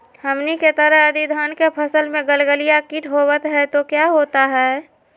हमनी के तरह यदि धान के फसल में गलगलिया किट होबत है तो क्या होता ह?